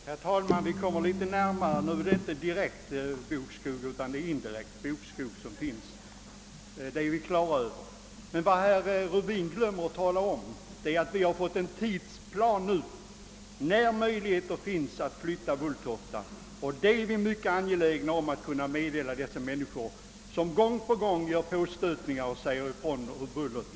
Herr talman! Herr Rubin kommer litet närmare de verkliga förhållandena; nu är det inte direkt bokskog utan indirekt bokskog som finns i Sturup. Men vad herr Rubin glömmer att tala om är att vi håller på att det skall finnas en tidsplan som anger när möjligheter finns att flytta Bulltofta, och det är vi mycket angelägna att kunna meddela de människor som gång på gång gör påstötningar om bullret.